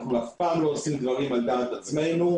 אנחנו לעולם לא עושים דברים על דעת עצמנו,